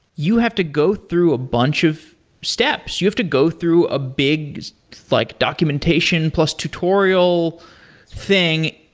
you have to go through a bunch of steps, you have to go through a big like documentation plus tutorial thing,